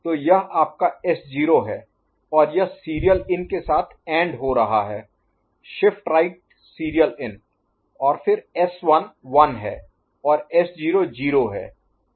तो यह आपका S0 है और यह सीरियल इन के साथ एंड हो रहा है शिफ्ट राइट सीरियल इन और फिर S1 1 है और S0 0 है S0 0 है